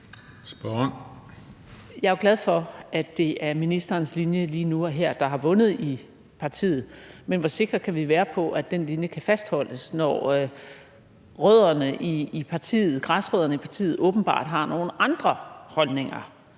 Jeg er jo glad for, at det er ministerens linje lige nu og her, der har vundet i partiet. Men hvor sikre kan vi være på, at den linje kan fastholdes, når græsrødderne i partiet åbenbart har nogle andre holdninger?